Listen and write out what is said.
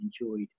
enjoyed